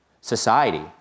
society